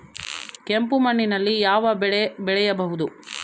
ಕೆಂಪು ಮಣ್ಣಿನಲ್ಲಿ ಯಾವ ಬೆಳೆ ಬೆಳೆಯಬಹುದು?